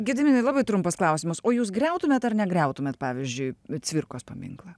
gediminai labai trumpas klausimas o jūs griautumėt ar negriautumėt pavyzdžiui cvirkos paminklą